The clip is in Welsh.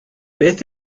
beth